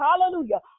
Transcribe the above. hallelujah